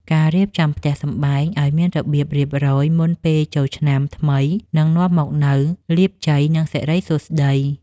រៀបចំផ្ទះសម្បែងឱ្យមានរបៀបរៀបរយមុនពេលចូលឆ្នាំថ្មីនឹងនាំមកនូវលាភជ័យ និងសិរីសួស្តី។